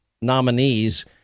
nominees